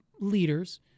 leaders